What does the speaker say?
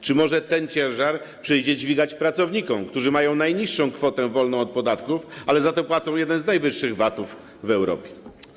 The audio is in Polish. Czy może ten ciężar przyjdzie dźwigać pracownikom, którzy mają najniższą kwotę wolną od podatku, ale za to płacą jeden z najwyższych VAT-ów w Europie?